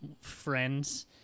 friends